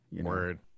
Word